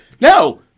No